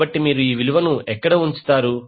కాబట్టి మీరు ఈ విలువను ఎక్కడ ఉంచుతారు